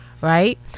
right